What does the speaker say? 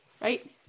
right